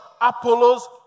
Apollos